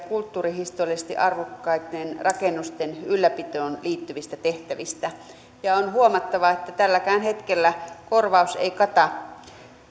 kulttuurihistoriallisesti arvokkaitten rakennusten ylläpitoon liittyvistä tehtävistä ja on huomattava että tälläkään hetkellä korvaus ei kata